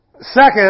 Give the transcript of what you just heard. Second